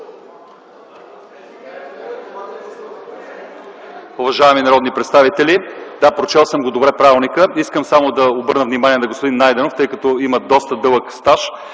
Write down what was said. Уважаеми народни представители, да, прочел съм добре правилника. Искам само да обърна внимание на господин Найденов, тъй като има доста дълъг стаж,